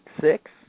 six